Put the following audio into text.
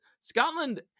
Scotland